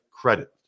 credit